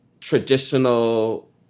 traditional